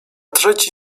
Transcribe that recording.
trzeci